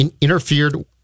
interfered